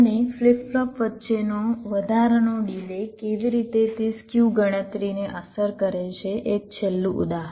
અને flip flop વચ્ચેનો વધારાનો ડિલે કેવી રીતે તે સ્ક્યુ ગણતરીને અસર કરે છે એક છેલ્લું ઉદાહરણ